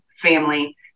family